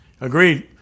Agreed